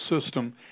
system